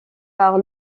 par